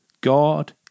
God